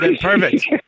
Perfect